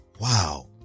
wow